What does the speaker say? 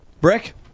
Brick